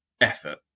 effort